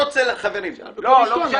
מזה.